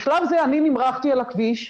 בשלב הזה אני נמרחתי על הכביש,